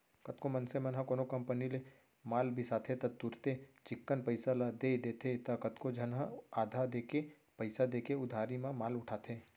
कतको मनसे मन ह कोनो कंपनी ले माल बिसाथे त तुरते चिक्कन पइसा ल दे देथे त कतको झन ह आधा देके पइसा देके उधारी म माल उठाथे